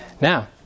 Now